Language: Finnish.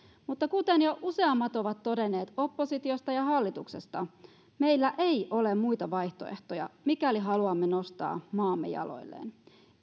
mutta kuten jo useammat ovat todenneet oppositiosta ja hallituksesta meillä ei ole muita vaihtoehtoja mikäli haluamme nostaa maamme jaloilleen